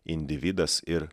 individas ir